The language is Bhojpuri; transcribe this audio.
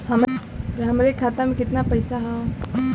हमरे खाता में कितना पईसा हौ?